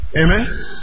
Amen